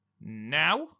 now